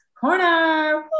corner